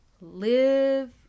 live